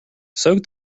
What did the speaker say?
soak